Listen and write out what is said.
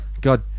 God